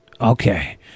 Okay